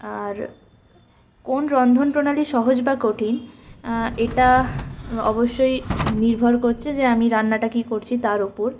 আর কোন রন্ধন প্রণালী সহজ বা কঠিন এটা অবশ্যই নির্ভর করছে যে আমি রান্নাটা কি করছি তার ওপর